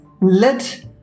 let